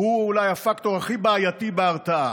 הוא אולי הפקטור הכי בעייתי בהרתעה.